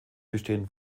bestehen